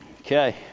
Okay